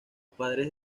padres